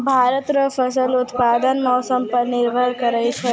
भारत रो फसल उत्पादन मौसम पर निर्भर करै छै